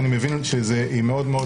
אני מבין שהיא מאוד מאוד